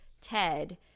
Ted